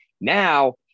Now